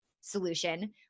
solution